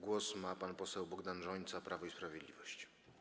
Głos ma pan poseł Bogdan Rzońca, Prawo i Sprawiedliwość.